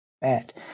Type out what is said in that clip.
bad